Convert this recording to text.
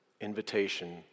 invitation